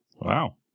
Wow